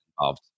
involved